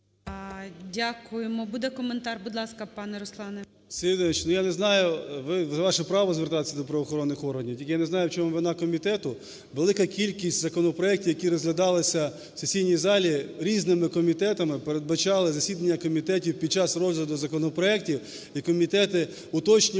Дякуємо. Буде коментар? Будь ласка, пане Руслане. 11:53:04 КНЯЗЕВИЧ Р.П. Сергій Володимирович, я не знаю, це ваше право звертатись до правоохоронних органів, тільки я не знаю, в чому вина комітету. Велика кількість законопроектів, які розглядалися в сесійній залі різними комітетами, передбачали засідання комітетів під час розгляду законопроектів. І комітети уточнювали